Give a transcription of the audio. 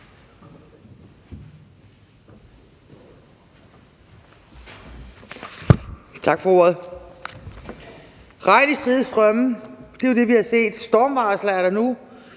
Tak for ordet.